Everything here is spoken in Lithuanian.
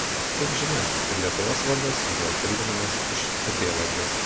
kaip žinia ir lietuvos vardas buvo kildinamas iš upėvardžio